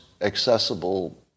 accessible